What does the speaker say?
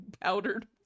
powdered